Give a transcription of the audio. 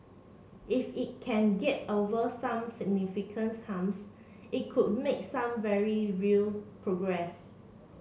if it can get over some significance humps it could make some very real progress